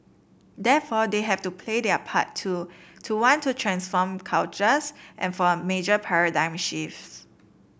therefore they have to play their part too to want to transform cultures and for a major paradigm shift